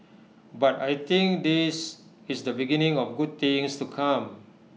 but I think this is the beginning of good things to come